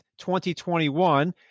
2021